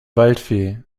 waldfee